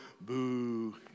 boo